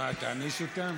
מה, תעניש אותם?